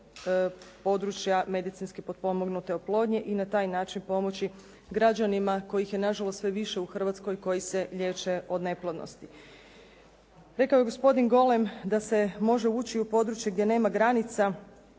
područja medicinski potpomognute oplodnje i na taj način pomoći građanima kojih je nažalost sve više u Hrvatskoj koji se liječe od neplodnosti. Rekao je gospodin Golem da se može ući u područje gdje nema granica.